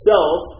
Self